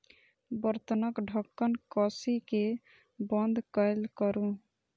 बर्तनक ढक्कन कसि कें बंद कैल करू